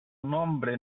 nombre